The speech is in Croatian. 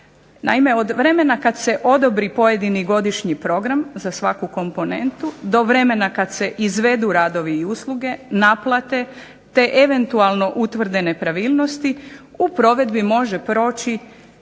Naime, od vremena kada se odobri pojedini godišnji program za svaku komponentu do vremena kada se izvedu radovi i usluge, naplate te eventualno utvrde nepravilnosti u provedbi može proći